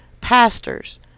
Pastors